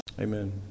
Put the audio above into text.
Amen